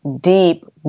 deep